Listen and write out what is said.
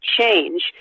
change